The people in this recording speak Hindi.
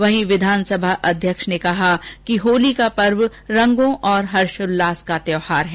वहीं विधानसभा अध्यक्ष ने कहा कि होली का पर्व रंगों और हर्षोल्लास का त्योहार है